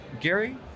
Gary